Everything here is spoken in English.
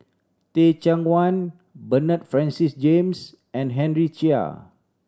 Teh Cheang Wan Bernard Francis James and Henry Chia